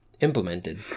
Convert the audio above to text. implemented